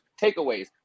Takeaways